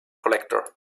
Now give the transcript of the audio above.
collector